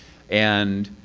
and